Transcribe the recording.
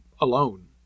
alone